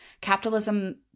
Capitalism